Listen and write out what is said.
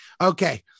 Okay